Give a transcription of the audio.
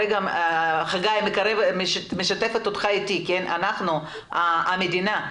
חגי, אני משתפת אותך איתי, אנחנו זה המדינה.